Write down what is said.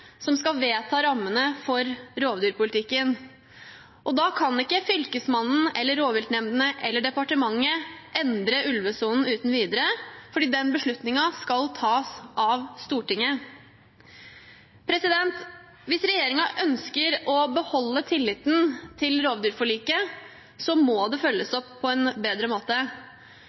som skal vedta rammene for rovdyrpolitikken. Da kan ikke Fylkesmannen, rovviltnemndene eller departementet endre ulvesonen uten videre, for den beslutningen skal tas av Stortinget. Hvis regjeringen ønsker å beholde tilliten til rovdyrforliket, må det følges opp på en bedre måte.